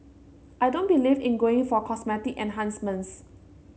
I don't believe in going for cosmetic enhancements